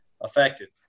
affected